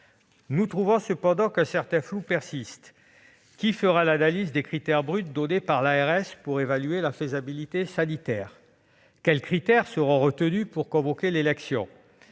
Nous trouvons cependant qu'un certain flou persiste : qui analysera les critères bruts fournis par l'ARS pour évaluer la faisabilité sanitaire ? Quels critères seront retenus pour convoquer l'élection ?